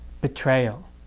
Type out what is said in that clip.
betrayal